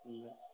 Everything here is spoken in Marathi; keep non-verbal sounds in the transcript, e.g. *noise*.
*unintelligible*